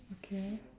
okay